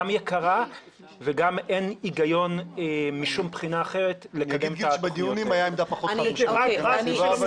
גם יקרה וגם אין הגיון משום בחי\נה אחרת לקדם את התוכניות.